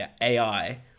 AI